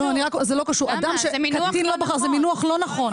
זה מינוח לא נכון.